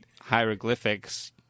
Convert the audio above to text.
hieroglyphics